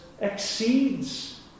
exceeds